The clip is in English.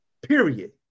Period